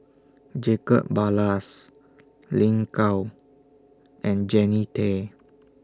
Jacob Ballas Lin Gao and Jannie Tay